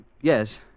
Yes